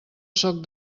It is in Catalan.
sot